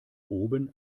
oben